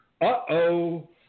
uh-oh